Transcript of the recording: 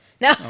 No